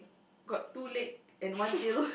got two leg and one tail